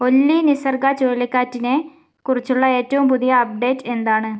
ഒല്ലി നിസർഗ ചുഴലിക്കാറ്റിനെ കുറിച്ചുള്ള ഏറ്റവും പുതിയ അപ്ഡേറ്റ് എന്താണ്